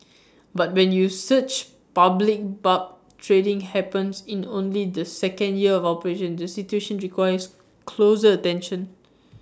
but when you such public barb trading happens in only the second year of operations the situation requires closer attention